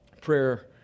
prayer